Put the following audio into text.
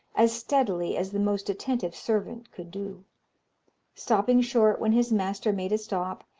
as steadily as the most attentive servant could do stopping short when his master made a stop,